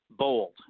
bold